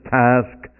task